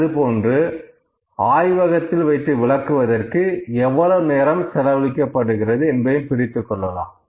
அதேபோன்று ஆய்வகத்தில் வைத்து விளக்குவதற்கு எவ்வளவு நேரம் செலவழிக்கப்படுகிறது என்பதையும் பிரித்துக் கொள்ளலாம்